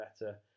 better